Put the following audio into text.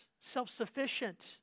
self-sufficient